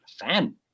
fan